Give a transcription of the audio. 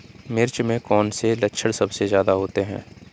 मिर्च में कौन से लक्षण सबसे ज्यादा होते हैं?